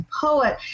poet